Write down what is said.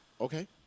Okay